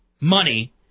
money